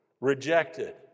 rejected